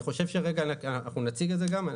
אני חושב שאנחנו נציג את זה גם,